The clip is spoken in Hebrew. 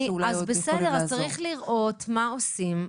צריך לראות מה עושים.